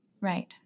Right